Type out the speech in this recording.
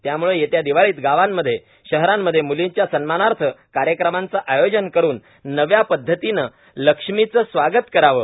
त्यामुळे येत्या दिवाळीत गावांमध्ये शहरांमध्ये मु्लींच्या सन्मानार्थ कार्यक्रमांचं आयोजन करून नव्या पदधतीनं लक्ष्मीचं स्वागत करावं